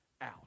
out